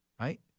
Right